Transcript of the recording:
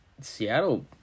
Seattle